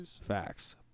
facts